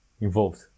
involved